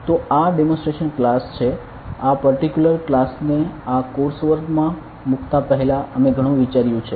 તો આ demonstration class છે આ પર્ટીક્યુલર ક્લાસ ને આ કોર્સવર્ક મા મૂકતા પહેલા અમે ઘણું વિચાર્યુ છે